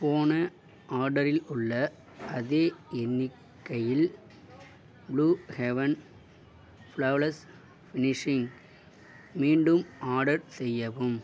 போன ஆர்டரில் உள்ள அதே எண்ணிக்கையில் ப்ளூ ஹெவன் ஃப்ளாவ்லெஸ் ஃபினிஷிங் மீண்டும் ஆர்டர் செய்யவும்